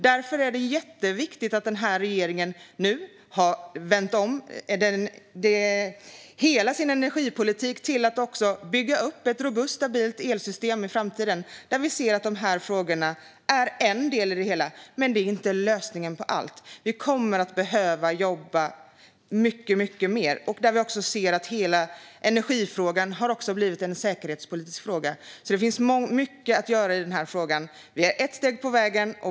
Därför är det jätteviktigt att regeringen nu har vänt hela energipolitiken för att bygga upp ett robust och stabilt elsystem för framtiden. Där är dessa frågor en del i det hela. Det är dock inte en lösning på allt. Vi kommer att behöva jobba mycket mer. Hela energifrågan har dessutom också blivit en säkerhetspolitisk fråga. Det finns alltså mycket att göra i frågan. Vi har tagit ett steg på vägen.